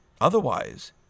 Otherwise